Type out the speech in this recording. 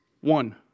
one